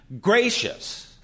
gracious